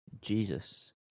Jesus